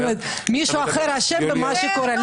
מישהו אחר אשם במה שקורה.